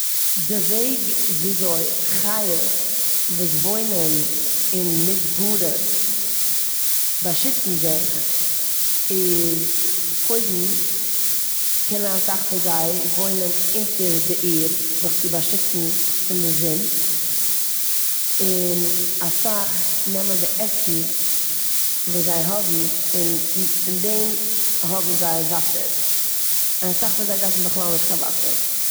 די וועג וויאזוי חיות וואס וואוינען אין מדברות באשיצן זיך איז קודם קענען אסאך פון זיי וואוינען אונטער די ערד זיך צו באשיצן פון די זון און אסאך נעמען די עסן וואס זיי האבן און נ- פון דעם האבן זיי וואסער. און אסאך פון זיי דארפן בכלל נישט קיין וואסער.